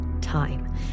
time